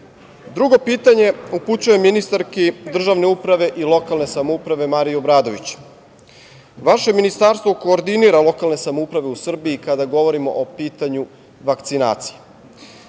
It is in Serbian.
pitanje upućujem ministarki Državne uprave i lokalne samouprave, Mariji Obradović. Vaše Ministarstvo koordinira lokalne samouprave u Srbiji kada govorimo o pitanju vakcinacije. Građani